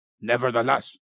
Nevertheless